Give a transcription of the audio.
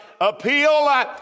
appeal